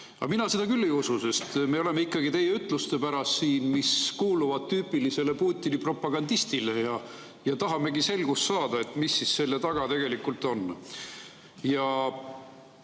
mina seda küll ei usu, sest me oleme siin ikkagi teie ütluste pärast, mis kuuluvad tüüpiliselt Putini propagandistile, ja tahamegi selgust saada, mis selle taga tegelikult on.